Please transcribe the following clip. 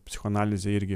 psichoanalizė irgi